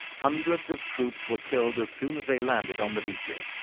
hundreds of troops were killed as soon as they landed on the beaches,